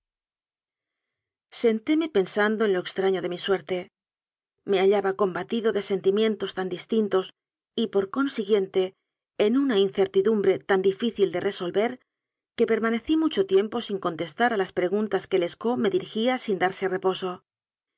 nunca sentóme pensando en lo extraño de mi suerte me hallaba combatido de sentimientos tan distin tos y por consiguiente en una incertidumbre tan difícil de resolver que permanecí mucho tiempo sin contestar a las preguntas que lescaut me diri gía sin darse reposo